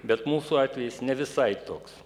bet mūsų atvejis ne visai toks